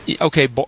Okay